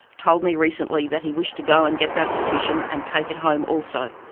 told me recently that he wished to go and get that petition and take it home also.